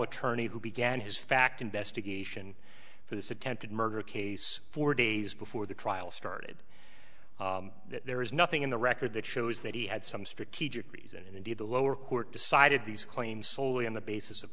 attorney who began his fact investigation for this attempted murder case four days before the trial started that there is nothing in the record that shows that he had some strategic reason and indeed the lower court decided these claims soley on the basis of